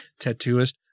Tattooist